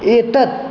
एतत्